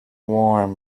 warm